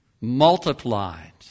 multiplied